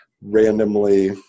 randomly